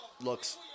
looks